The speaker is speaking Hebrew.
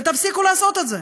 תפסיקו לעשות את זה,